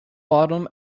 bottoms